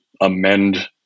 amend